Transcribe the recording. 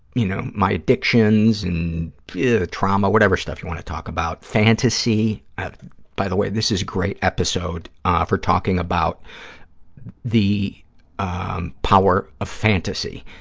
you know, my addictions and yeah trauma, whatever stuff you want to talk about, fantasy. by the way, this is a great episode for talking about the um power of fantasy.